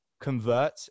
convert